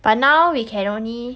but now we can only